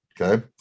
okay